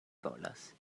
volas